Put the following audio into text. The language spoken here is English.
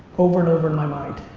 over and over in my mind.